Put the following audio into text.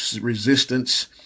resistance